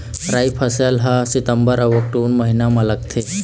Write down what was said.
राई फसल हा सितंबर अऊ अक्टूबर महीना मा लगथे